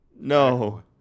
no